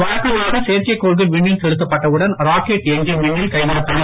வழக்கமாக செயற்கை கோள்கள் விண்ணில் செலுத்தப்பட்டவுடன் ராக்கெட் எஞ்சின் விண்ணில் கைவிடப்படும்